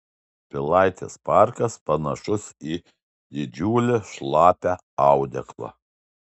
pilaitės parkas panašus į didžiulį šlapią audeklą